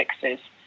fixes